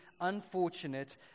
unfortunate